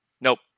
Nope